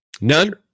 None